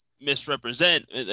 misrepresent